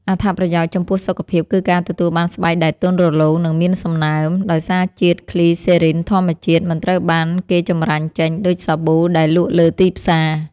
អត្ថប្រយោជន៍ចំពោះសុខភាពគឺការទទួលបានស្បែកដែលទន់រលោង និងមានសំណើម ដោយសារជាតិគ្លីសេរីនធម្មជាតិមិនត្រូវបានគេចម្រាញ់ចេញដូចសាប៊ូដែលលក់លើទីផ្សារ។